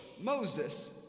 Moses